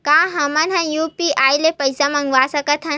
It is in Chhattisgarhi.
का हमन ह यू.पी.आई ले पईसा मंगा सकत हन?